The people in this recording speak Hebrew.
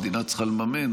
המדינה צריכה לממן.